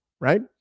right